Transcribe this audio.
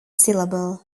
syllable